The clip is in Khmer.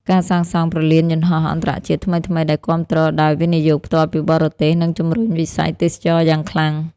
ការសាងសង់ព្រលានយន្តហោះអន្តរជាតិថ្មីៗ ដែលគាំទ្រដោយ វិនិយោគផ្ទាល់ពីបរទេស នឹងជម្រុញវិស័យទេសចរណ៍យ៉ាងខ្លាំង។